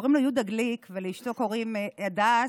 קוראים לו יהודה גליק ולאשתו קוראים הדס,